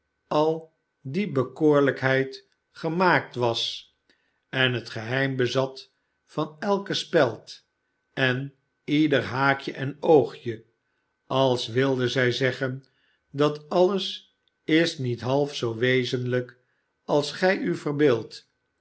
al die bekoorlijkheid gemaakt was en het geheim bezat van elke speld en leder haakje en oogje als wilde zij zeggen dat alles is met half zoo wezenlijk als gij u verbeeldt